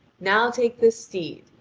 now take this steed,